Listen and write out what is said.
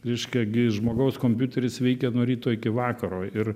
reiškia gi žmogaus kompiuteris veikia nuo ryto iki vakaro ir